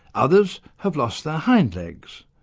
others have lost their hind legs,